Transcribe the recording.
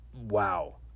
Wow